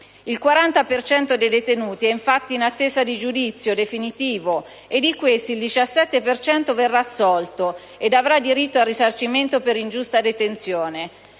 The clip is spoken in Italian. cento dei detenuti è infatti in attesa di giudizio definitivo, e di questi il 17 per cento verrà assolto ed avrà diritto al risarcimento per ingiusta detenzione.